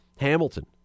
Hamilton